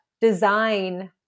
design